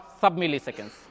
sub-milliseconds